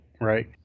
right